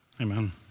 Amen